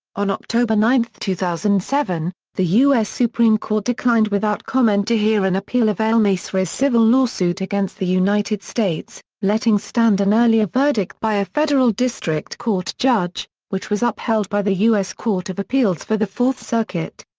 on october nine, two thousand and seven, the u s. supreme court declined without comment to hear an appeal of el-masri's civil lawsuit against the united states, letting stand an earlier verdict by a federal district court judge, which was upheld by the u s. court of appeals for the fourth circuit.